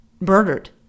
murdered